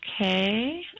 Okay